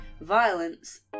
violence